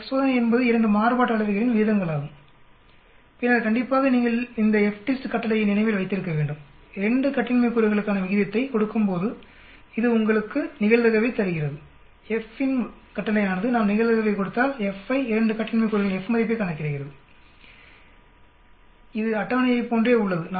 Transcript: F சோதனை என்பது 2 மாறுபாட்டு அளவைகளின் விகிதங்களாகும் பின்னர் கண்டிப்பாக நீங்கள் இந்த FDIST கட்டளையை நினைவில் வைத்திருக்க வேண்டும் 2 கட்டின்மை கூறுகளுக்கான விகிதத்தை கொடுக்கும்போது இது உங்கள்ளுக்கு நிகழ்தகவைத்தருகிறது FINV கட்டளையானது நாம் நிகழ்தகவைக் கொடுத்தால் F ஐ 2 கட்டின்மை கூறுகளின் F மதிப்பை கணக்கிடுகிறது இது அட்டவணையைப் போன்றே உள்ளது